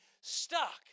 stuck